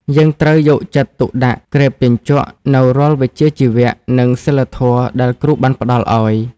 យើងត្រូវយកចិត្តទុកដាក់ក្រេបជញ្ជក់នូវរាល់វិជ្ជាជីវៈ និងសីលធម៌ដែលគ្រូបានផ្តល់ឱ្យ។